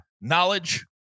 knowledge